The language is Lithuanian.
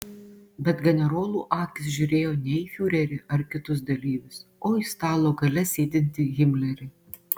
bet generolų akys žiūrėjo ne į fiurerį ar kitus dalyvius o į stalo gale sėdintį himlerį